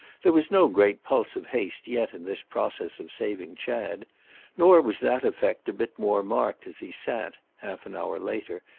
there was no great pulse of haste yet in this process of saving chad nor was that effect a bit more marked as he sat, half an hour later,